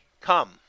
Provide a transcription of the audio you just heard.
come